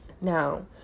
Now